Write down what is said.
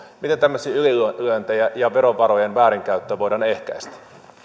miten tämmöisiä ylilyöntejä ja verovarojen väärinkäyttöä voidaan ehkäistä